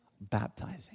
baptizing